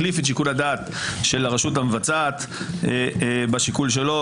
החליף את שיקול הדעת של הרשות המבצעת בשיקול שלו.